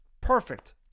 Perfect